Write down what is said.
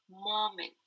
moment